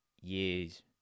years